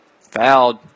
fouled